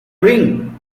ring